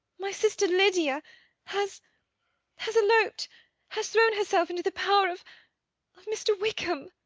my sister lydia has has eloped has thrown herself into the power of of mr. wickham!